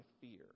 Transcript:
fear